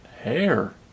hair